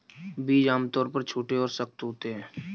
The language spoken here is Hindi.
बीज आमतौर पर छोटे और सख्त होते हैं